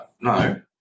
No